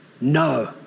No